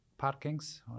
parkings